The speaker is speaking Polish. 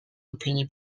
opinii